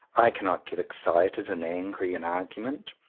i cannot get excited and angry in argument.